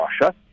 Russia